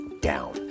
down